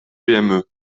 pme